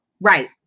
Right